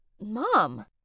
Mom